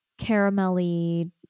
caramelly